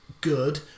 good